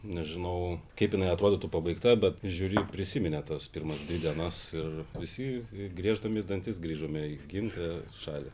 nežinau kaip jinai atrodytų pabaigta bet žiuri prisiminė tas pirmas dvi dienas ir visi grieždami dantis grįžome į gimtąją šalį